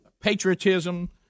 patriotism